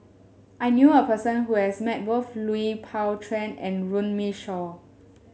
I knew a person who has met both Lui Pao Chuen and Runme Shaw